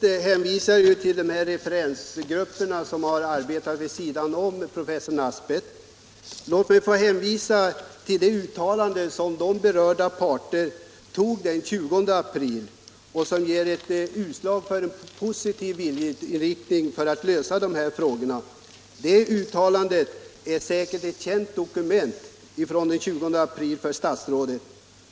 Herr talman! Statsrådet hänvisar till referensgrupperna som har arbetat vid sidan om professor Nabseth. Låt mig få hänvisa till det uttalande som de berörda parterna gjorde den 20 april och som ger uttryck för en positiv vilja att lösa frågorna. Det uttalandet är säkert ett för herr statsrådet känt dokument.